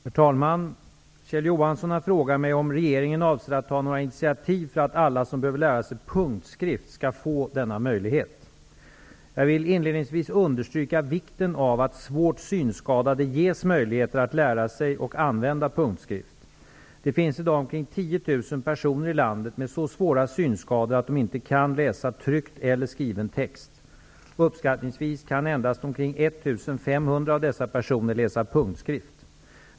Herr talman! Kjell Johansson har frågat mig om regeringen avser att ta några initiativ för att alla som behöver lära sig punktskrift skall få denna möjlighet. Jag vill inledningsvis understryka vikten av att svårt synskadade ges möjligheter att lära sig och använda punktskrift. Det finns i dag omkring 10 000 personer i landet med så svåra synskador att de inte kan läsa tryckt eller skriven text. Uppskattningsvis kan endast omkring 1 500 av dessa personer läsa punktskrift.